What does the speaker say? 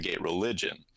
religion